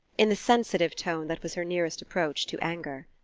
in the sensitive tone that was her nearest approach to anger.